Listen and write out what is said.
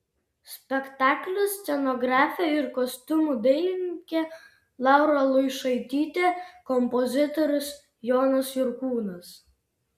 spektaklio scenografė ir kostiumų dailininkė laura luišaitytė kompozitorius jonas jurkūnas